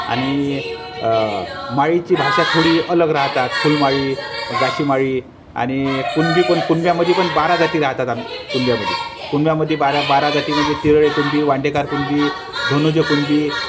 आणि माळीची भाषा थोडी अलग राहतात फुलमाळी गाशीमाळी आणि कुणबी पण कुणब्यामधे पण बारा जाती राहतात आम कुणब्यामध्ये कुणब्यामध्ये बारा बारा जाती म्हणजे तिरळे कुणबी वांडेकार कुणबी धनुज कुण